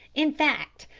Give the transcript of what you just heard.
in fact,